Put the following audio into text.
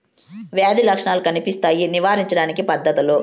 వ్యాధి లక్షణాలు కనిపిస్తాయి నివారించడానికి పద్ధతులు?